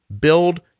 build